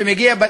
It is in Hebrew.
נא לסיים.